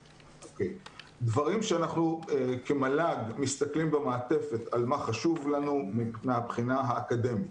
דברים שאנחנו כמל"ג מסתכלים במעטפת על מה חשוב לנו מהבחינה האקדמית,